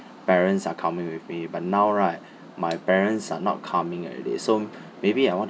parents are coming with me but now right my parents are not coming already so maybe I want